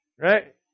right